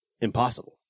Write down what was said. impossible